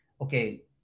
Okay